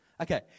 Okay